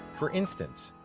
for instance,